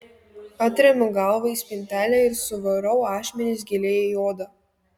atremiu galvą į spintelę ir suvarau ašmenis giliai į odą